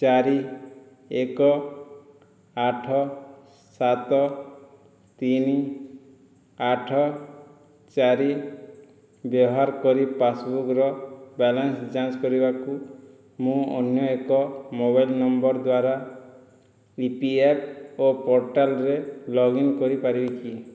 ଚାରି ଏକ ଆଠ ସାତ ତିନି ଆଠ ଚାରି ବ୍ୟବହାର କରି ପାସ୍ବୁକ୍ର ବାଲାନ୍ସ ଯାଞ୍ଚ କରିବାକୁ ମୁଁ ଅନ୍ୟ ଏକ ମୋବାଇଲ ନମ୍ବର ଦ୍ଵାରା ଇ ପି ଏଫ୍ ଓ ପୋର୍ଟାଲ୍ରେ ଲଗ୍ ଇନ୍ କରିପାରିବି କି